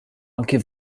anke